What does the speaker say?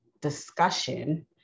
discussion